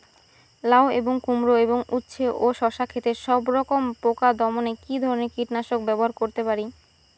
লাউ এবং কুমড়ো এবং উচ্ছে ও শসা ক্ষেতে সবরকম পোকা দমনে কী ধরনের কীটনাশক ব্যবহার করতে পারি?